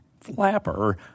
Flapper